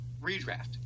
redraft